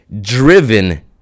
driven